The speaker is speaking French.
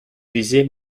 visée